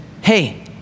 hey